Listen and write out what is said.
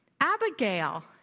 Abigail